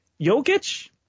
Jokic